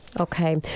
Okay